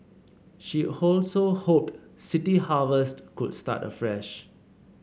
she also hoped City Harvest could start afresh